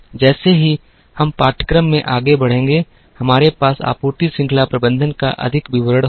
जैसे ही हम पाठ्यक्रम में आगे बढ़ेंगे हमारे पास आपूर्ति श्रृंखला प्रबंधन का अधिक विवरण होगा